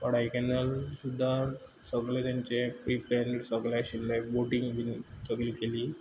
कॉडायकनाल सुद्दां सगलें तेंचें प्री प्लॅन्ड सगलें आशिल्लें बोटींग बीन थोडी केली